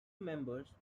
members